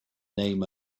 name